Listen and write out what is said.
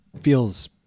feels